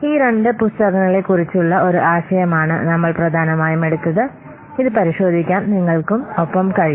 ഈ രണ്ട് പുസ്തകങ്ങളെക്കുറിച്ചുള്ള ഒരു ആശയമാണ്നമ്മൾ പ്രധാനമായും എടുത്തത് ഇത് പരിശോധിക്കാൻ നിങ്ങൾക്ക് ഒപ്പം കഴിയും